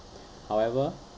however